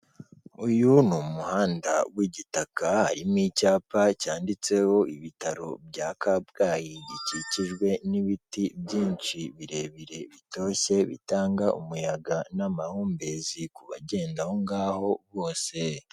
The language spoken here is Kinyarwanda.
Uyu ni umuhanda w'igitaka, harimo icyapa cyanditseho ibitaro bya Kabgayi, gikikijwe n'ibiti byinshi birebire bitoshye bitanga umuyaga n'amahumbezi kubagenda aho ngaho bose.